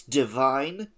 divine